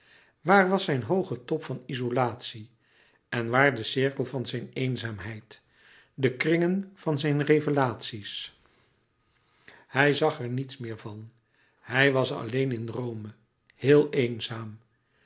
waar was zijn hooge top van izolatie en waar de cirkel van zijn eenzaamheid de kringen van zijn revelaties hij zag er niets meer van hij was alleen in rome heel eenzaam